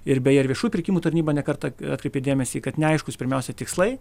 ir beje ir viešųjų pirkimų tarnyba ne kartą atkreipė dėmesį kad neaiškūs pirmiausia tikslai